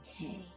okay